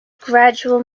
gradual